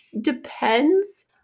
depends